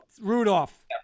Rudolph